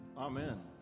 Amen